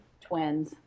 twins